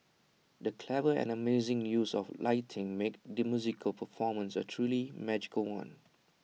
the clever and amazing use of lighting made the musical performance A truly magical one